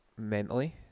mentally